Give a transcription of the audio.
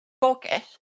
focus